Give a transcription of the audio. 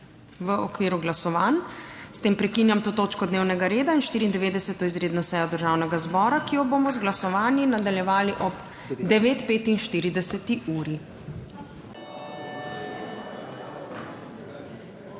v okviru glasovanj. S tem prekinjam to točko dnevnega reda in 94. izredno sejo Državnega zbora, ki jo bomo z glasovanji nadaljevali ob 9.45.